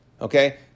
Okay